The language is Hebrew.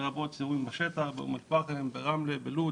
לרבות סיורים בשטח באום אל פאחם, ברמלה, בלוד